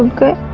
good